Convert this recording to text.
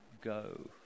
go